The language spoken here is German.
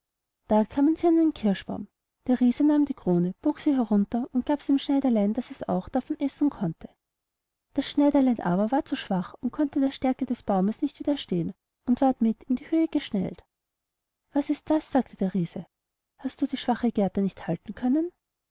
da kamen sie an einen kirschbaum der riese nahm die krone und bog sie herunter und gab sie dem schneiderlein daß es auch davon essen könnte das schneiderlein aber war zu schwach und konnte der stärke des baums nicht widerstehen und ward mit in die höhe geschnellt was ist das sagte der riese hast du die schwache gerte nicht halten können